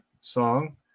song